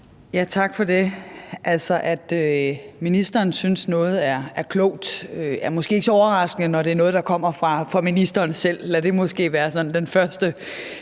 Tak for det. Altså, at ministeren synes, noget er klogt, er måske ikke så overraskende, når det er noget, der kommer fra ministeren selv; lad det måske være